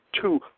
two